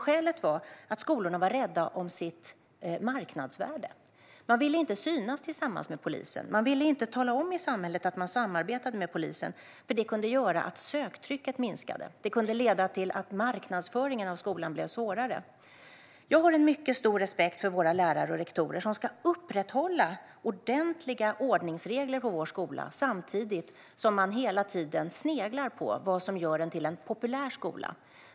Skälet var att skolorna var rädda om sitt marknadsvärde. De ville inte synas tillsammans med polisen. De ville inte tala om att de samarbetade med polisen. Det kunde nämligen göra att söktrycket minskade. Det kunde leda till att marknadsföringen av skolan blev svårare. Jag har en mycket stor respekt för våra lärare och rektorer som ska upprätthålla ordentliga ordningsregler på våra skolor samtidigt som de hela tiden sneglar på vad som gör en skola till en populär skola.